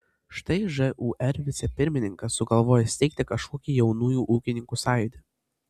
štai žūr vicepirmininkas sugalvojo steigti kažkokį jaunųjų ūkininkų sąjūdį